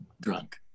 drunk